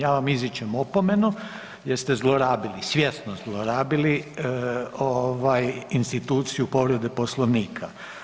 Ja sam izričem opomenu jer ste zlorabili svjesno zlorabili ovaj instituciju povrede Poslovnika.